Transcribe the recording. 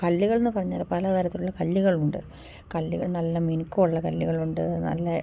കല്ലുകളെന്നു പറഞ്ഞാൽ പല തരത്തിലുള്ള കല്ലുകളുണ്ട് കല്ലുകൾ നല്ല മിനുക്കമുള്ള കല്ലുകളുണ്ട് നല്ല